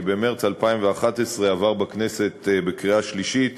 כי במרס 2011 עבר בכנסת בקריאה שלישית